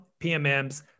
PMMs